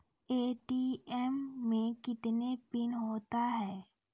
ATM मे कितने pin होता हैं?